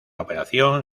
operación